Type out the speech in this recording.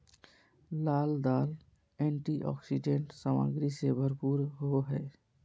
लाल दाल एंटीऑक्सीडेंट सामग्री से भरपूर होबो हइ